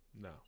No